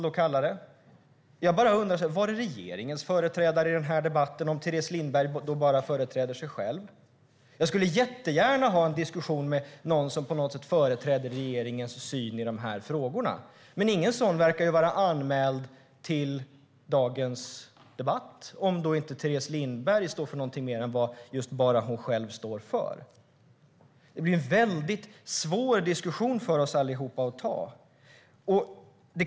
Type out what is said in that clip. Då undrar jag: Om Teres Lindberg bara företräder sig själv, var är då regeringens företrädare i denna debatt? Jag skulle jättegärna diskutera med någon som företräder regeringens syn i dessa frågor. Ingen sådan person verkar dock vara anmäld till dagens debatt, om nu inte Teres Lindberg står för något mer än just sina egna åsikter. Det blir en väldigt svår diskussion för oss alla.